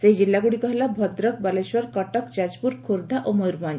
ସେହି ଜିଲ୍ଲଗୁଡ଼ିକ ହେଲା ଭଦ୍ରକ ବାଲେଶ୍ୱର କଟକ ଯାଜପୁର ଖୋର୍ବ୍ଧା ଓ ମୟରଭଞ୍